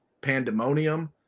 Pandemonium